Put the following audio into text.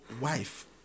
wife